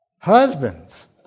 Husbands